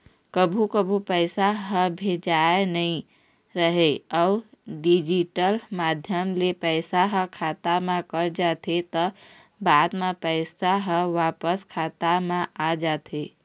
कभू कभू पइसा ह भेजाए नइ राहय अउ डिजिटल माध्यम ले पइसा ह खाता म कट जाथे त बाद म पइसा ह वापिस खाता म आ जाथे